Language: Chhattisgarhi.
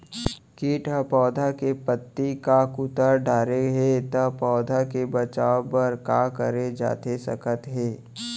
किट ह पौधा के पत्ती का कुतर डाले हे ता पौधा के बचाओ बर का करे जाथे सकत हे?